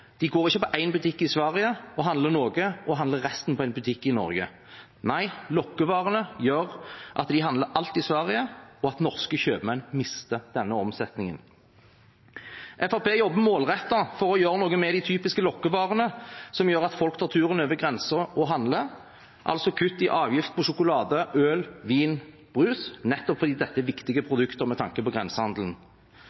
De går ikke på én butikk i Sverige og handler noe, og handler resten på en butikk i Norge. Nei, lokkevarene gjør at de handler alt i Sverige, og at norske kjøpmenn mister denne omsetningen. Fremskrittspartiet jobber målrettet for å gjøre noe med de typiske lokkevarene som gjør at folk tar turen over grensen og handler. Det vil altså si kutt i avgift på sjokolade, øl, vin og brus, nettopp fordi dette er viktige